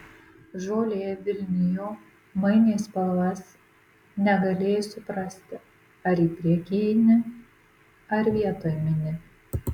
žolė vilnijo mainė spalvas negalėjai suprasti ar į priekį eini ar vietoj mini